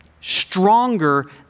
stronger